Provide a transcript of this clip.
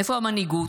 איפה המנהיגות,